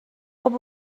خوب